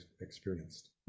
experienced